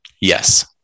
Yes